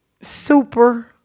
super